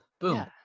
Boom